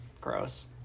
Gross